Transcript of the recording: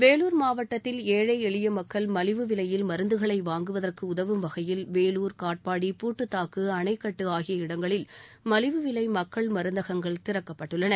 வேலூர் மாவட்டத்தில் ஏழை எளியமக்கள் மலிவு விலையில் மருந்துகளைவாங்குவதற்குஉதவும் வகையில் வேலூர் காட்பாடி பூட்டுதாக்கு அணைகட்டுஆகிய இடங்களில் மலிவு விலைமக்கள் மருந்தகங்கள் திறக்கப்பட்டுள்ளன